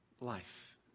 life